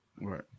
Right